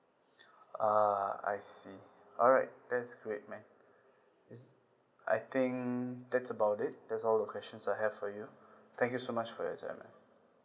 ah I see alright that's great man is I think that's about it that's all the questions I have for you thank you so much for your time man